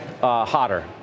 hotter